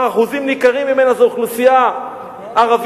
אחוזים ניכרים ממנה זה אוכלוסייה ערבית,